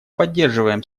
поддерживаем